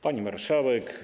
Pani Marszałek!